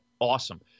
awesome